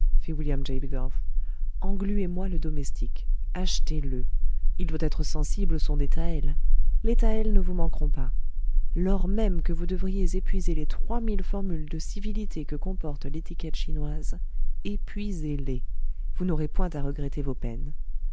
william j bidulph engluez moi le domestique achetez le il doit être sensible au son des taëls les taëls ne vous manqueront pas lors même que vous devriez épuiser les trois mille formules de civilités que comporte l'étiquette chinoise épuisez les vous n'aurez point à regretter vos peines